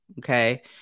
okay